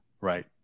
right